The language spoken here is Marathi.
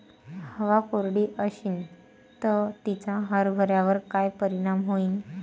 हवा कोरडी अशीन त तिचा हरभऱ्यावर काय परिणाम होईन?